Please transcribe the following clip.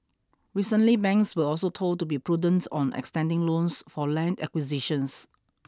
recently banks were also told to be prudent on extending loans for land acquisitions